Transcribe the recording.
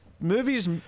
Movies